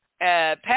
Pat